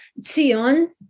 Zion